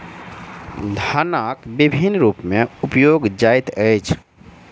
धनक विभिन्न रूप में उपयोग जाइत अछि